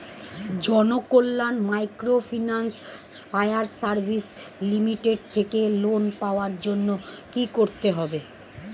Janakalyan microfinance fire service limited থেকে loan পাওয়ার জন্য কি করতে হবে?